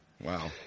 wow